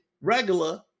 regular